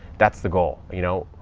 that's the goal, you know.